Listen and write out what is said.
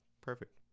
perfect